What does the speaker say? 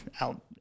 out